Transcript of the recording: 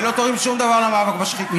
ולא תורמים שום דבר למאבק בשחיתות.